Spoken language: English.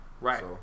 right